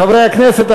חברי הכנסת,